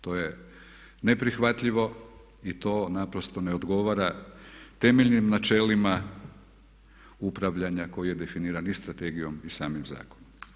To je neprihvatljivo i to naprosto ne odgovara temeljnim načelima upravljanja koji je definiran i strategijom i samim zakonom.